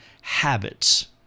habits